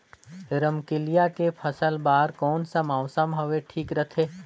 रमकेलिया के फसल बार कोन सा मौसम हवे ठीक रथे?